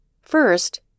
First